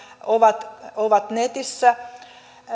ovat ovat netissä